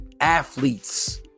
athletes